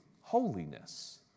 holiness